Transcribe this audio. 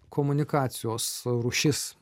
komunikacijos rūšis